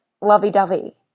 lovey-dovey